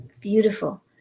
beautiful